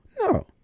No